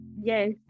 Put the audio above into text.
Yes